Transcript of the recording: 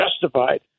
justified